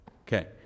Okay